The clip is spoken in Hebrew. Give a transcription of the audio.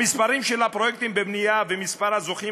המספרים של הפרויקטים בבנייה ומספר הזוכים